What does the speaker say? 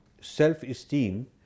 Self-esteem